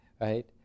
right